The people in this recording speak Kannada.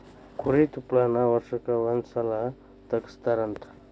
ಕುರಿ ತುಪ್ಪಳಾನ ವರ್ಷಕ್ಕ ಒಂದ ಸಲಾ ತಗಸತಾರಂತ